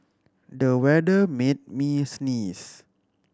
the weather made me sneeze